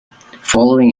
following